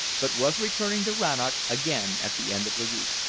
but was returning to rannoch again at the end of the week.